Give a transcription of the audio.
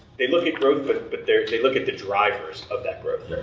they look at growth but but they they look at the drivers of that growth.